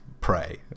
pray